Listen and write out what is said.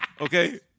Okay